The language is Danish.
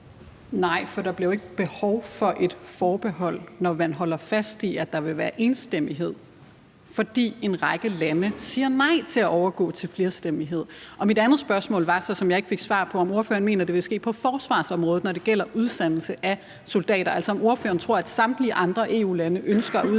(RV): Nej, for der bliver jo ikke behov for et forbehold, når man holder fast i, at der vil være enstemmighed, fordi en række lande siger nej til at overgå til flerstemmelighed. Mit andet spørgsmål, som jeg ikke fik svar på, var så, om ordføreren mener, at det vil ske på forsvarsområdet, når det gælder udsendelse af soldater, altså om ordføreren tror, at samtlige andre EU-lande ønsker, at andres